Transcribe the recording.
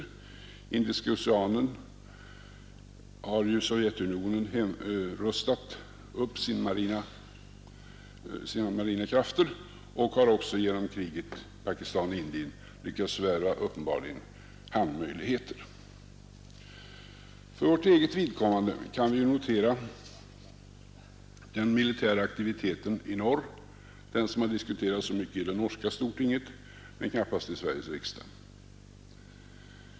I Indiska oceanen har Sovjetunionen rustat upp sina marina krafter och har också genom kriget Pakistan—Indien uppenbarligen lyckats förvärva vissa hamnmöjligheter. För vårt eget vidkommande kan vi notera den militära aktiviteten i norr, som har diskuterats så mycket i norska stortinget men knappast i Sveriges riksdag.